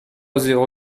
zéro